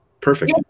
perfect